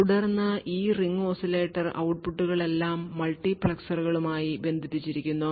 തുടർന്ന് ഈ ring oscillator ഔട്ട്പുട്ടുകളെല്ലാം മൾട്ടിപ്ലക്സറുകളുമായി ബന്ധിപ്പിച്ചിരിക്കുന്നു